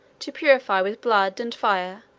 to purify, with blood and fire,